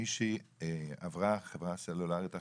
מישהי עברה לחברה סלולרית אחרת.